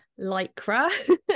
lycra